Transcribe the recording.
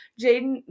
Jaden